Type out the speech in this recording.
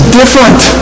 different